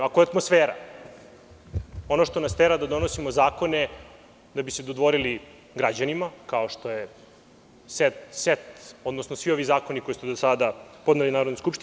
Ako je atmosfera ono što nas tera da donosimo zakone da bi se dodvorili građanima kao što je set, odnosno svi ovi zakoni koje ste do sada podneli Narodnoj skupštini.